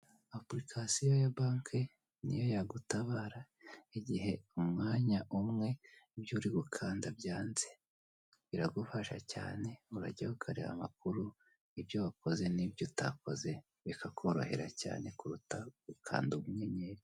Application ya banke niyo yagutabara igihe umwanya umwe ibyo uri gukanda byanze, biragufasha cyane urajyaho ukareba amakuru ibyo wakoze nibyo utakoze bikakorohera kuruta gukanda ubunyenyeri.